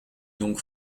donc